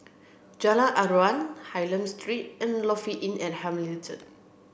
Jalan Aruan Hylam Street and Lofi Inn at Hamilton